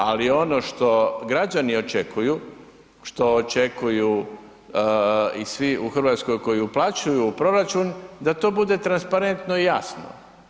Ali, ono što građani očekuju, što očekuju i svi u Hrvatskoj koji uplaćuju u proračun, da to bude transparentno i jasno.